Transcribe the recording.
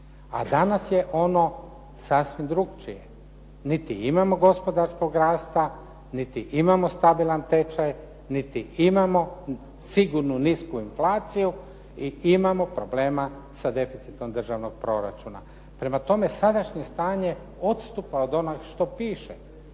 a danas je ono sasvim drukčije. Niti imamo gospodarskog rasta, niti imamo stabilan tečaj, niti imamo sigurnu, nisku inflaciju i imamo problema sa deficitom državnog proračuna. Prema tome, sadašnje stanje odstupa od onog što piše.